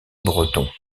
bretons